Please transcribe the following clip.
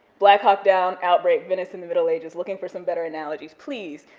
black hawk down, outbreak, venice in the middle ages, looking for some better analogies, please.